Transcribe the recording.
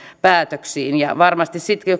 päätöksiin varmasti sitten kun